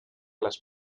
les